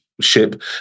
ship